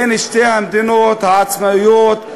בין שתי המדינות העצמאיות,